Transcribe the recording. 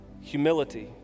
humility